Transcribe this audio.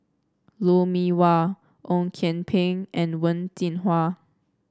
Lou Mee Wah Ong Kian Peng and Wen Jinhua